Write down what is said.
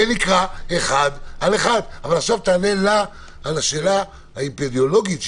זה נקרא 1 על 1. תענה לה על השאלה האפידמיולוגית.